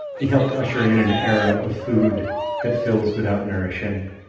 he helped usher in an era of food that fills without nourishing.